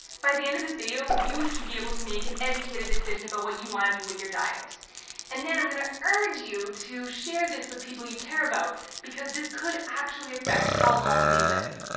by the end of this video you should be able to make an educated decision about what you want to do with your diet and then i'm gonna urge you to share this with people you care about because this could actually affect how long they live.